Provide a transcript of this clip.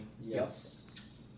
Yes